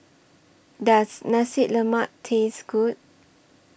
Does Nasi Lemak Taste Good